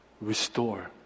restore